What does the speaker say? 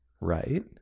Right